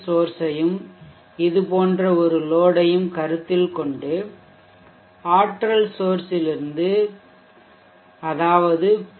சோர்சையும் இது போன்ற ஒரு லோடையும் கருத்தில் கொண்டு ஆற்றல் சோர்சிலிருந்து பி